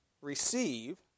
receive